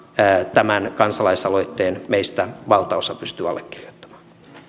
tämän kansalaisaloitteen meistä valtaosa pystyy allekirjoittamaan